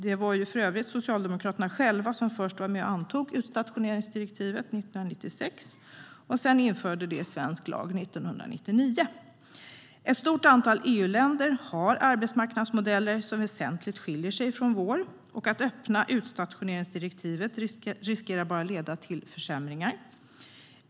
Det var för övrigt Socialdemokraterna själva som först var med och antog utstationeringsdirektivet 1996 och sedan införde det i svensk lag 1999. Ett stort antal EU-länder har arbetsmarknadsmodeller som väsentligt skiljer sig från vår. Att öppna upp utstationeringsdirektivet riskerar att leda till försämringar.